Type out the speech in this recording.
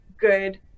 good